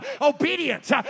Obedience